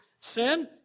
sin